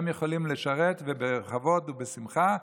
הם יכולים לשרת בכבוד ושמחה,